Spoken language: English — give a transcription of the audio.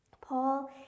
Paul